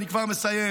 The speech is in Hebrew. אני כבר מסיים.